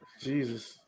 Jesus